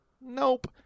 Nope